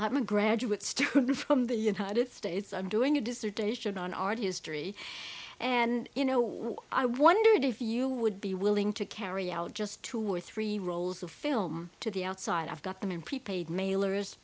i'm a graduate student from the united states i'm doing a dissertation on our history and you know i wondered if you would be willing to carry out just two or three rolls of film to the outside i've got them in prepaid mailers